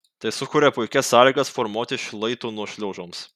tai sukuria puikias sąlygas formuotis šlaitų nuošliaužoms